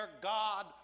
God